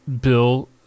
bill